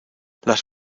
las